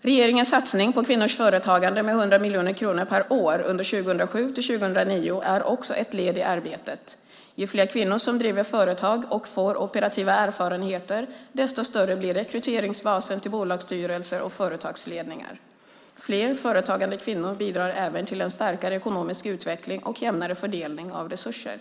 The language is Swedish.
Regeringens satsning på kvinnors företagande med 100 miljoner kronor per år under 2007-2009 är också ett led i arbetet. Ju fler kvinnor som driver företag och får operativa erfarenheter, desto större blir rekryteringsbasen till bolagsstyrelser och företagsledningar. Fler företagande kvinnor bidrar även till en starkare ekonomisk utveckling och jämnare fördelning av resurser.